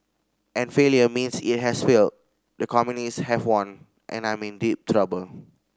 and failure means it has failed the communist have won and I'm in deep trouble